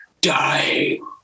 dying